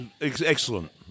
excellent